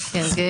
כן,